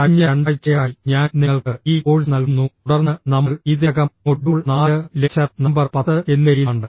കഴിഞ്ഞ രണ്ടാഴ്ചയായി ഞാൻ നിങ്ങൾക്ക് ഈ കോഴ്സ് നൽകുന്നു തുടർന്ന് നമ്മൾ ഇതിനകം മൊഡ്യൂൾ 4 ലെക്ചർ നമ്പർ 10 എന്നിവയിലാണ്